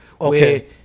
okay